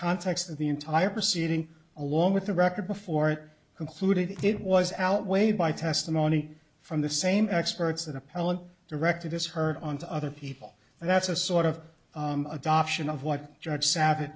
context of the entire proceeding along with the record before it concluded it was outweighed by testimony from the same experts that appellant directed this heard on to other people and that's a sort of adoption of what judge savage